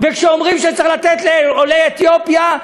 וכשאומרים שצריך לתת לעולי אתיופיה,